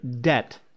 debt